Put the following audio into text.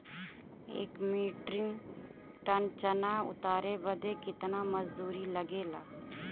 एक metric tonne चना उतारे बदे कितना मजदूरी लगे ला?